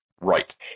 right